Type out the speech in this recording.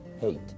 hate